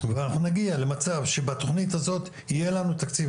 ואנחנו נגיע למצב שבתכנית הזו יהיה לנו תקציב.